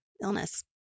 illness